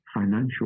financial